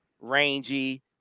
rangy